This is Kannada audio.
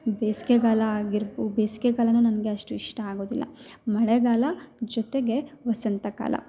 ಬೇಸಿಗೆಗಾಲ ಆಗಿರ್ಬೊ ಬೇಸಿಗೆಗಾಲನು ನನಗೆ ಅಷ್ಟು ಇಷ್ಟ ಆಗೋದಿಲ್ಲ ಮಳೆಗಾಲ ಜೊತೆಗೆ ವಸಂತಕಾಲ